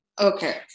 Okay